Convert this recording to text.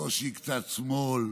בקושי קצת שמאל,